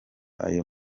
ayo